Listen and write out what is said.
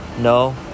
No